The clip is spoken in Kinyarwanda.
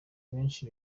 benshi